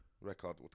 Record